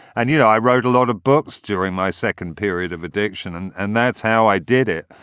and, you know, i wrote a lot of books during my second period of addiction and and that's how i did it.